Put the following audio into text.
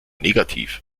negativ